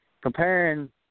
comparing